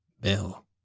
Bill